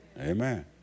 Amen